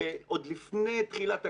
עוד לפני תחילת הקורונה,